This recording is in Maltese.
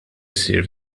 issir